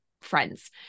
friends